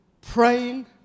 praying